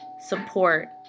support